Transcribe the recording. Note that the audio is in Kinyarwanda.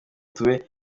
tube